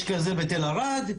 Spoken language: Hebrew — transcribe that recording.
יש מרכזי שירותים בתל ערד,